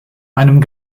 einem